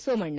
Somanna